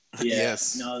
Yes